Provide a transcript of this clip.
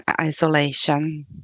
isolation